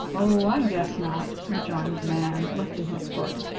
oh, i guess not, rejoined the man, lifting his foot,